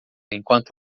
enquanto